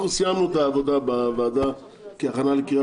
הקליטה והתפוצות): אנחנו סיימנו את העבודה בוועדה כהכנה לקריאה